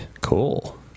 Cool